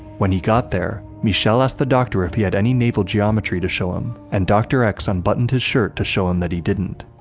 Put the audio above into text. when he got there, michel asked the doctor if he had any navel geometry to show him, and dr. x unbuttoned his shirt to show him that he didn't.